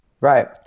Right